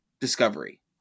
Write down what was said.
Discovery